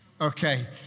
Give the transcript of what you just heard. Okay